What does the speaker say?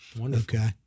Okay